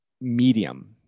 medium